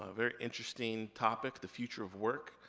ah very interesting topic, the future of work.